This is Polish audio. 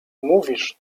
mówisz